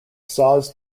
saws